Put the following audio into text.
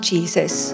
Jesus